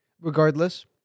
Regardless